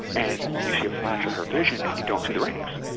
and you see a flash of her vision and you don't see the rings,